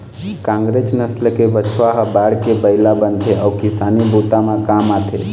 कांकरेज नसल के बछवा ह बाढ़के बइला बनथे अउ किसानी बूता म काम आथे